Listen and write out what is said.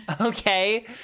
Okay